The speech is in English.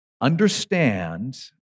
understand